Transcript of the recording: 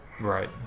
Right